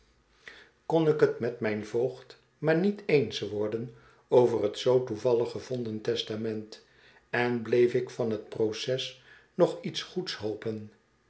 vergen met mijn voogd maar niet eens worden over het zoo toevallig gevonden testament en bleef ik van het proces nog iets goeds hopen